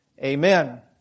Amen